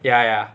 ya ya